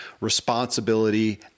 responsibility